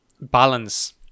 balance